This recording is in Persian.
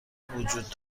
وجود